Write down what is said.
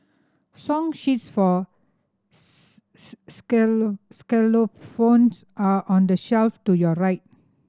song sheets for are on the shelf to your right